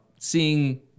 Seeing